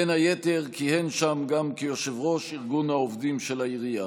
בין היתר כיהן שם גם כיושב-ראש ארגון העובדים של העירייה.